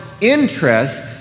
interest